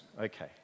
Okay